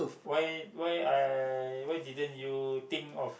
why why I why didn't you think of